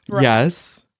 yes